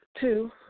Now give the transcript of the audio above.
Two